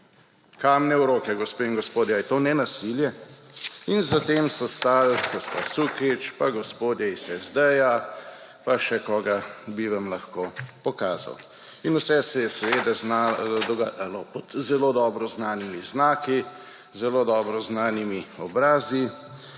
Kamne v roke, gospe in gospodje. Ali je to nenasilje? In za tem so stali gospa Sukič pa gospodje iz SD pa še koga bi vam lahko pokazal. In vse se je dogajalo pod zelo dobro znanimi znaki, zelo dobro znanimi obrazi